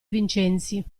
vincenzi